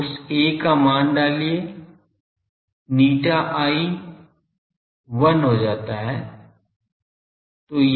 तो उस a का मान डालिए ηi 1 हो जाता है